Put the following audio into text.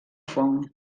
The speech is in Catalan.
fong